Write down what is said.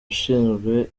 ushinzwe